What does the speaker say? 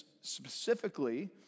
specifically